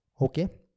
Okay